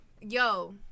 Yo